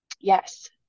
yes